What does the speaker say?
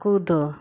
कूदो